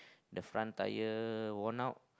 the front tire worn out